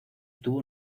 tuvo